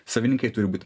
savininkai turi būt